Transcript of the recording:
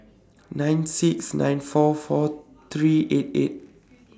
nine six nine four four three eight eight